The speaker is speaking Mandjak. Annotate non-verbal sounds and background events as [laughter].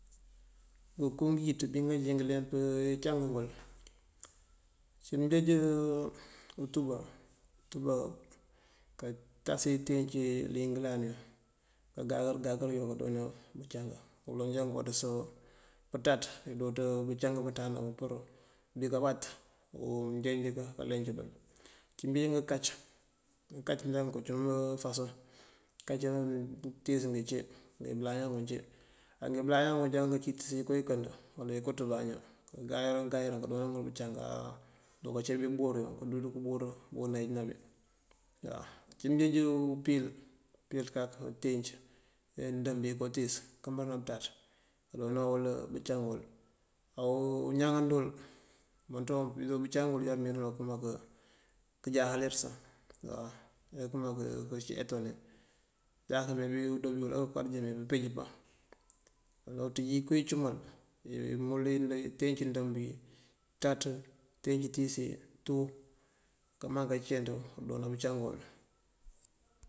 Ngëko ngëëwiţ bingáajoo ngëlemp pëcangëngël. Unci mëënjeenj utúbá, utúbá káaţasi iteenc ilingëlaanuyun kaanka ngáyël gayël ngëëndona bëëncang ngëloŋ ajá ngëëwáţës soŋ pëţaţ di dúuţ bëëncang bëëmëëntáandáanbu pur undí káwat mëënjeenj káliingëndël. Unci biri ngënkac ajá ngëncum fason, ngënkac ingenkac ngëëntiisëngun ací ngíibëlayaŋ ngun ací. A ngíbëlayaŋ ngun aja ngëroŋ ngëncibiikëna ngiigayël gayëlin ngëëndana bëcangaa undúká cí umbi buuri uler uwí umbúuri unk uneenj. [hesitation] uncí mëënjeenj upil ka itenc indëëmb yi kootiis kaankëmbëlin ná pëţaţ, undoonayël bëcangëwul. A uñáŋáandul umëënţun bëcangëwul ajá mëëyërërënabël aja mëënkëmaa këëjáahalir [hesitation] sá ajo unţínji iko icúmal imúl itenc indëmbalpëţaţ, itenc itiisiyun tu kamaŋ kalempëna bëlëënkëmaa